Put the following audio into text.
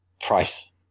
price